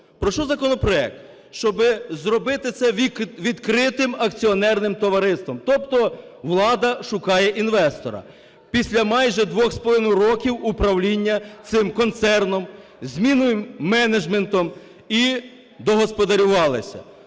Про що законопроект? Щоб зробити це відкритим акціонерним товариством, тобто влада шукає інвестора. Після майже двох з половиною років управління цим концерном, зміною менеджменту і... догосподарювалися.